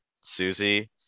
Susie